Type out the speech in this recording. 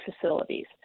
facilities